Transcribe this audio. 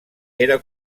era